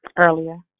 Earlier